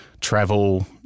travel